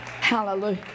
Hallelujah